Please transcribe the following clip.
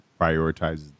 prioritizes